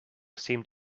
seemed